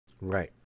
Right